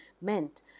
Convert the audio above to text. meant